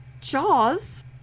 Jaws